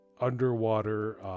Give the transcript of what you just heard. underwater